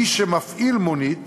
מי שמפעיל מונית